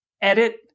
edit